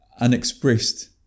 unexpressed